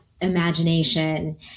imagination